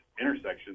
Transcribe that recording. intersection